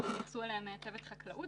שיתייחסו אליהן מצוות חקלאות.